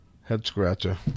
head-scratcher